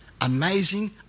amazing